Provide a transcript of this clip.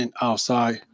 outside